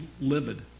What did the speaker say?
livid